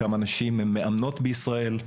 כמה נשים הן מאמנות בישראל?